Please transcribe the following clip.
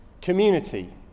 community